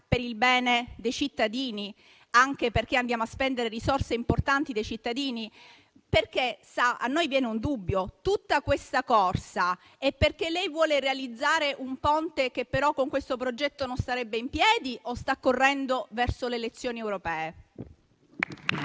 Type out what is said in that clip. per il bene dei cittadini, anche perché andiamo a spendere risorse importanti dei cittadini? A noi, infatti, viene un dubbio. Tutta questa corsa è perché lei vuole realizzare un Ponte che però, con questo progetto, non starebbe in piedi? O sta correndo verso le elezioni europee?